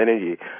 energy